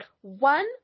one